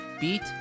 Beat